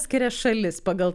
skiria šalis pagal